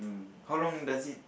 how long does it